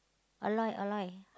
Aloy Aloy